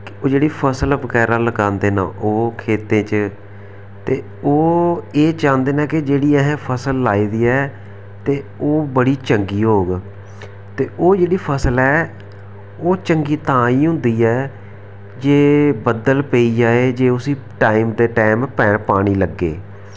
ओह् जेह्ड़ी फसल बगैरा लगांदे न ओह् खेत्तें बिच्च ते ओह् एह् चांह्दे न जेह्ड़ी असें फसल लाई दी ऐ ते ओह् बड़ी चंगी होग ते ओह् जेह्ड़ी फसल ऐ ओह् चंगी तां ई होंदी ऐ जे बद्दल पेई जाए जे उस्सी टाईम दे टाईम पानी लग्गे